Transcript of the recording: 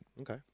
Okay